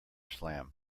slam